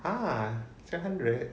ah seven hundred